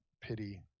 pity